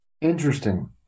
Interesting